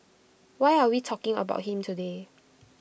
why are we talking about him today